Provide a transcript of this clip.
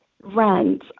rent